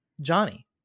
Johnny